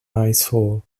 eyesore